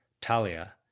Talia